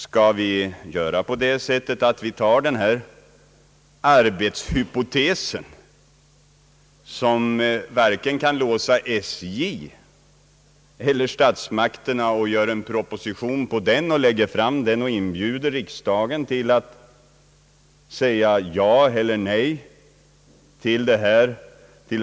Skall vi ta den här arbetshypotesen, som varken kan låsa SJ eller statsmakterna, och göra en proposition på den och inbjuda riksdagen att säga ja eller nej till arbetshypotesen?